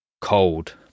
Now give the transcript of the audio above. cold